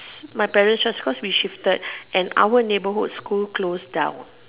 my parents just cause we shifted and our neighbourhood school closed down